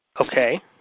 Okay